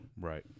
Right